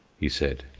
he said,